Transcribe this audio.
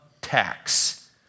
tax